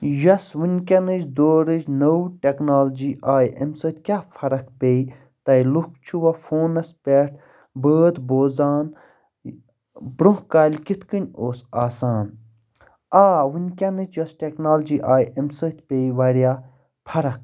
یۄس وٕنۍکٮ۪نٕچ دورٕچ نٔو ٹٮ۪کنالجی آیہِ اَمہِ سۭتۍ کیٛاہ فرق پے تَے لُکھ چھِ وۄنۍ فونَس پٮ۪ٹھ بٲتھ بوزان برٛونٛہہ کالہِ کِتھ کٔنۍ اوس آسان آ وٕنۍکٮ۪نٕچ یۄس ٹٮ۪کنالجی آیہِ اَمہِ سۭتۍ پے واریاہ فرق